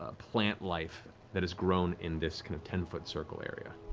ah plant life that has grown in this kind of ten-foot-circle area.